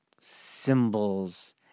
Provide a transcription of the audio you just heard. symbols